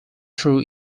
through